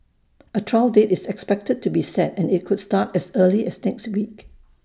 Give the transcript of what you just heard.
A trial date is expected to be set and IT could start as early as next week